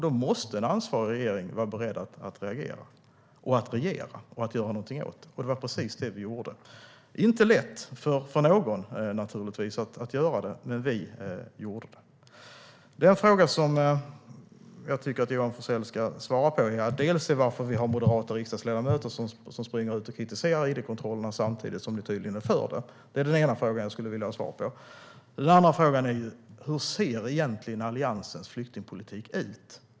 Då måste en ansvarig regering reagera, regera och göra något åt det, och det var precis det vi gjorde. Det är inte lätt för någon att göra det, men vi gjorde det. Jag har två frågor till Johan Forssell. Den ena är: Varför kritiserar moderata riksdagsledamöter id-kontrollerna samtidigt som ni tydligen är för dem? Det är den ena frågan jag vill ha svar på. Den andra frågan är: Hur ser Alliansens flyktingpolitik egentligen ut?